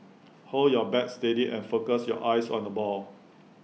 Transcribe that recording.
hold your bat steady and focus your eyes on the ball